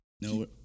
No